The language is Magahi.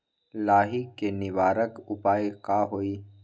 लाही के निवारक उपाय का होई?